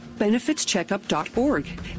benefitscheckup.org